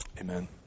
Amen